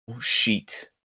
sheet